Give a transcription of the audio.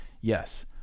yes